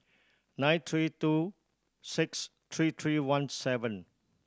nine three two six three three one seven